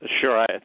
Sure